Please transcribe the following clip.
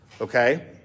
Okay